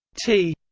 t